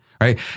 right